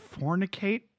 fornicate